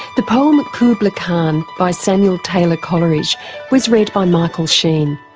the poem kubla khan by samuel taylor coleridge was read by michael sheen.